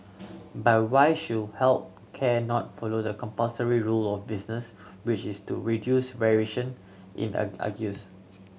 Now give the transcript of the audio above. but why should health care not follow the compulsory rule of business which is to reduce variation in argues